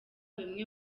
bimwe